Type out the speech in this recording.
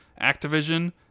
Activision